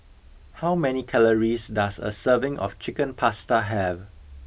how many calories does a serving of Chicken Pasta have